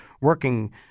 working